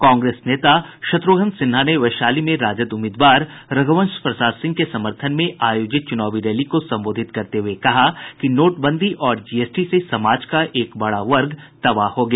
कांग्रेस नेता शत्रुघ्न सिन्हा ने वैशाली में राजद उम्मीदवार रघुवंश प्रसाद सिंह के समर्थन में आयोजित चुनावी रैली को संबोधित करते हुए कहा कि नोटबंदी और जीएसटी से समाज का एक बड़ा वर्ग तबाह हो गया